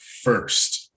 first